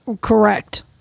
Correct